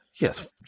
Yes